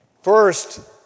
First